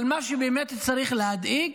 אבל מה שבאמת צריך להדאיג